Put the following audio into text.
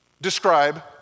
describe